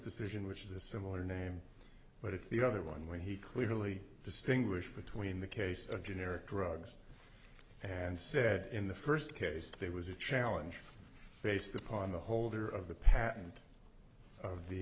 decision which is a similar name but it's the other one where he clearly distinguished between the case of generic drugs and said in the first case there was a challenge based upon the holder of the patent of the